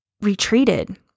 retreated